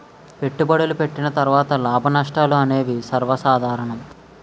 పెట్టుబడులు పెట్టిన తర్వాత లాభనష్టాలు అనేవి సర్వసాధారణం